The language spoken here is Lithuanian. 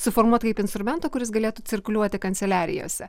suformuot kaip instrumento kuris galėtų cirkuliuoti kanceliarijose